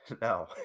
no